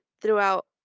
Throughout